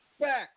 back